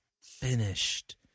finished